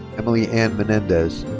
emilie anne menendez.